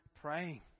praying